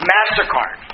MasterCard